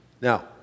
Now